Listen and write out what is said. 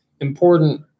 important